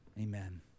Amen